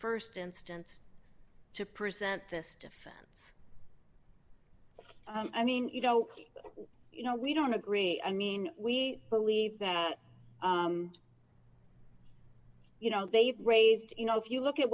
st instance to present this defense i mean you know you know we don't agree i mean we believe that you know they've raised you know if you look at